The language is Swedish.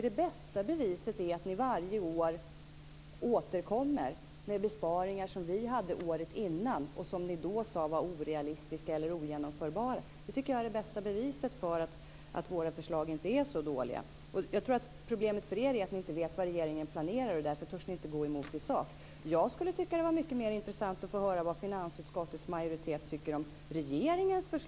Det bästa beviset är att ni varje år återkommer med besparingar som vi hade året innan och som ni då sade var orealistiska eller ogenomförbara. Det är det bästa beviset för att våra förslag inte är så dåliga. Jag tror att problemet för er är att ni inte vet vad regeringen planerar och därför inte törs gå emot i sak. Jag tycker att det skulle vara mycket mer intressant att få höra vad finansutskottets majoritet tycker om regeringens förslag.